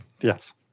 Yes